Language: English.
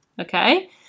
okay